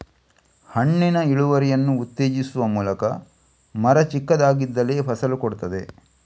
ಹಣ್ಣಿನ ಇಳುವರಿಯನ್ನು ಉತ್ತೇಜಿಸುವ ಮೂಲಕ ಮರ ಚಿಕ್ಕದಾಗಿದ್ದಾಗಲೇ ಫಸಲು ಕೊಡ್ತದೆ